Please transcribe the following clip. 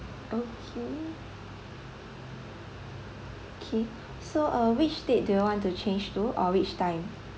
okay K so uh which date do you want to change to or which time